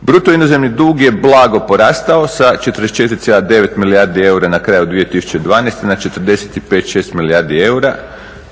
Bruto inozemni dug je blago porastao sa 44,9 milijardi eura na kraju 2012., na 45,6 milijardi eura